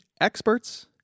experts